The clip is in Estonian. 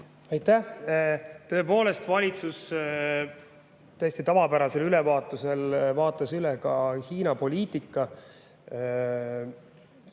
Aitäh! Tõepoolest, valitsus täiesti tavapärasel ülevaatusel vaatas üle ka Hiina-poliitika.